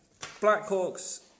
Blackhawks